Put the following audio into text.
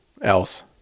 else